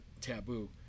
taboo